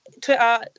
Twitter